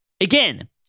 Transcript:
Again